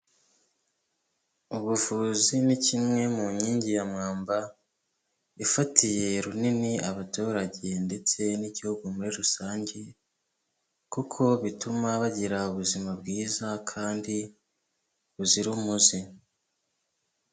Ubuvuzi ni kimwe mu nkingi ya mwamba ifatiye runini abaturage ndetse n'igihugu muri rusange kuko bituma bagira ubuzima bwiza kandi buzira umuze.